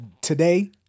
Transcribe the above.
today